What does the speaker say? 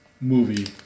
movie